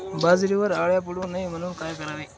बाजरीवर अळ्या पडू नये म्हणून काय करावे?